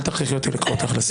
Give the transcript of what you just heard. אל תכריחי אותי לקרוא אותך לסדר.